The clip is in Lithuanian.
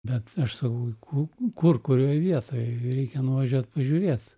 bet aš sakau ku kur kurioj vietoj reikia nuvažiuot pažiūrėt